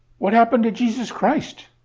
what happened to jesus christ?